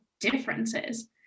differences